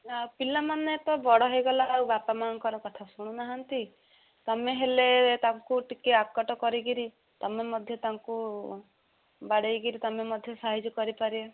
ଆଉ ପିଲାମାନେ ତ ବଡ଼ ହେଇଗଲେ ଆଉ ବାପା ମାଆଙ୍କର କଥା ଶୁଣୁନାହାନ୍ତି ତୁମେ ହେଲେ ତାଙ୍କୁ ଟିକେ ଆକଟ କରିକିରି ତୁମେ ମଧ୍ୟ ତାଙ୍କୁ ବାଡ଼େଇକିରି ତମେ ମଧ୍ୟ ସାଇଜ କରିପାରିବ